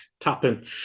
tapping